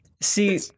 See